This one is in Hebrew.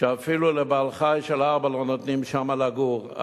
שאפילו לבעל-חיים שעל ארבע לא נותנים לגור שם,